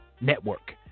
network